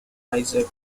isaac